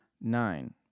Nine